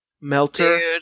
Melter